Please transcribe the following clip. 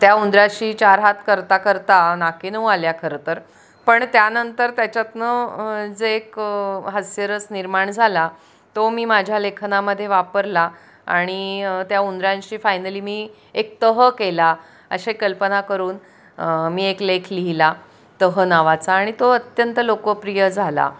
त्या उंदराशी चार हात करता करता नाकी नऊ आल्या खरं तर पण त्यानंतर त्याच्यातनं जे एक हस्यरस निर्माण झाला तो मी माझ्या लेखनामध्ये वापरला आणि त्या उंदरांशी फायनली मी एक तह केला अशे कल्पना करून मी एक लेख लिहिला तह नावाचा आणि तो अत्यंत लोकप्रिय झाला